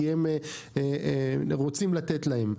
כי הם רוצים לתת להם.